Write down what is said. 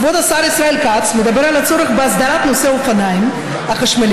כבוד השר ישראל כץ מדבר על הצורך בהסדרת נושא האופניים החשמליים,